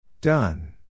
Done